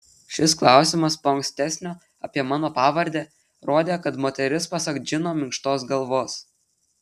šis klausimas po ankstesnio apie mano pavardę rodė kad moteris pasak džino minkštos galvos